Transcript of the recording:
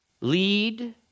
lead